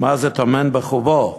מה זה טומן בחובו,